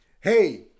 hey